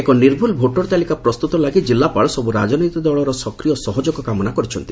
ଏକ ନିର୍ଭୁଲ୍ ଭୋଟର୍ ତାଲିକା ପ୍ରସ୍ତୁତ ଲାଗି ଜିଲ୍ଲାପାଳ ସବୁ ରାଜନୈତିକ ଦଳର ସକ୍ରିୟ ସହଯୋଗ କାମନା କରିଛନ୍ତି